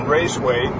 Raceway